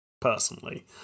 personally